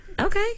Okay